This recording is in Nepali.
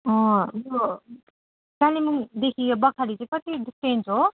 उयो कालिम्पोङदेखि यो बखाली चाहिँ कति डिस्टेन्स हो